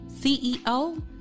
CEO